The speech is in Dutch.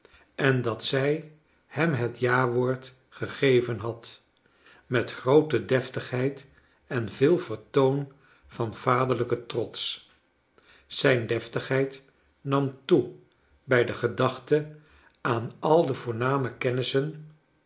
en dat zij hem het jawoord gegeven had met groote deftigheid en veelvertoon van vaderlijken trots zijn deftigheid nam toe bij de gedachte aan al de voorname kennissen